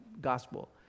gospel